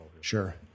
Sure